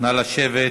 נא לשבת.